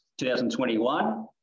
2021